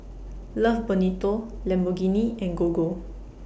Love Bonito Lamborghini and Gogo